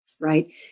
right